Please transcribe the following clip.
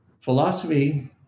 Philosophy